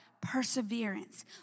Perseverance